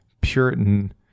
Puritan